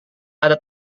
ada